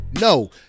no